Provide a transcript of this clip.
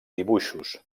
dibuixos